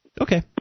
Okay